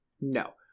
No